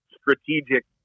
strategic